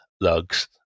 lugs